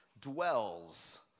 dwells